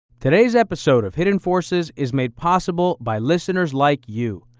today's episode of hidden forces is made possible by listeners like you.